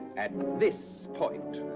at this point.